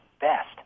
best